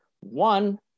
One